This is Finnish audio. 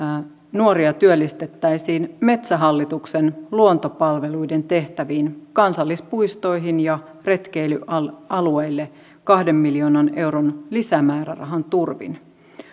nuoria työllistettäisiin metsähallituksen luontopalveluiden tehtäviin kansallispuistoihin ja retkeilyalueille kahden miljoonan euron lisämäärärahan turvin